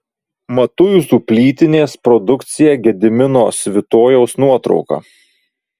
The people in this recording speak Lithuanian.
matuizų plytinės produkcija gedimino svitojaus nuotrauka